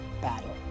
battle